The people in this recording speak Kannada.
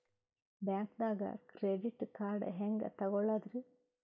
ಬ್ಯಾಂಕ್ದಾಗ ಕ್ರೆಡಿಟ್ ಕಾರ್ಡ್ ಹೆಂಗ್ ತಗೊಳದ್ರಿ?